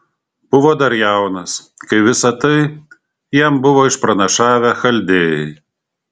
buvo dar jaunas kai visa tai jam buvo išpranašavę chaldėjai